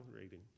reading